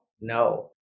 no